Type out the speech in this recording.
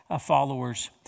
followers